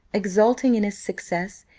exulting in his success,